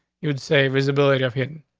you'd say visibility of hidden.